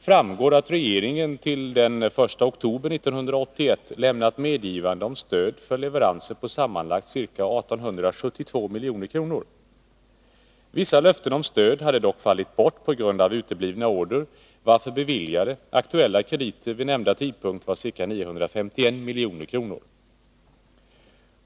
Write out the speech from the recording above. framgår att regeringen till den 1 oktober 1981 lämnat medgivande om stöd för leveranser på sammanlagt ca 1 872 milj.kr. Vissa löften om stöd hade dock fallit bort på grund av uteblivna order, varför beviljade, aktuella krediter vid nämnda tidpunkt var ca 951 milj.kr.